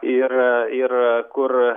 ir ir kur